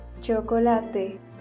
Chocolate